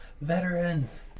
veterans